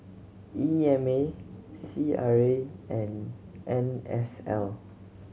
E M A C R A and N S L